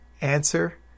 answer